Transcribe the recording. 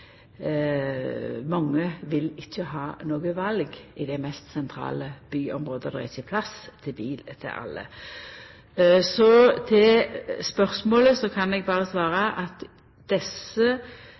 mange vil ikkje ha noko val i dei mest sentrale byområda – det er ikkje plass til bil til alle. Til spørsmålet kan eg berre svara